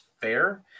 fair